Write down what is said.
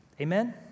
Amen